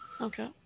Okay